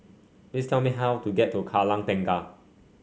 please tell me how to get to Kallang Tengah